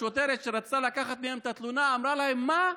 השוטרת שרצתה לקחת מהם את התלונה אמרה להם: מה,